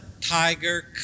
tiger